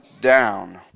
down